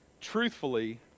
truthfully